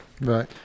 Right